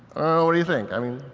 what do you think? i mean,